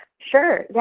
sure. yeah